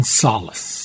solace